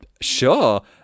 Sure